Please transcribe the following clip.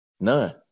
None